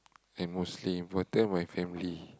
and mostly important my family